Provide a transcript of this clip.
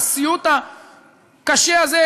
לסיוט הקשה הזה,